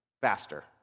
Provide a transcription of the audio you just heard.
faster